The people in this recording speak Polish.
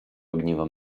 ogniwo